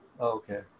Okay